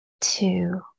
two